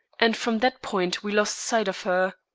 and from that point we lost sight of her.